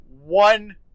one